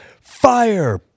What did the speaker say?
fire